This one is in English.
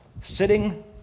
sitting